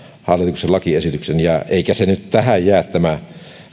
hallituksen lakiesityksen eikä tämä